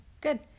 good